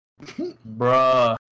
Bruh